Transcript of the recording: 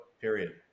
period